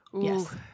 Yes